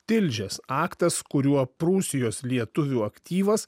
tilžės aktas kuriuo prūsijos lietuvių aktyvas